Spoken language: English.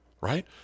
right